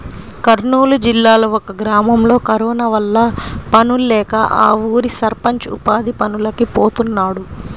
కర్నూలు జిల్లాలో ఒక గ్రామంలో కరోనా వల్ల పనుల్లేక ఆ ఊరి సర్పంచ్ ఉపాధి పనులకి పోతున్నాడు